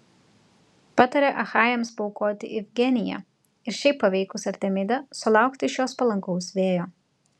patarė achajams paaukoti ifigeniją ir šitaip paveikus artemidę sulaukti iš jos palankaus vėjo